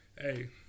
Hey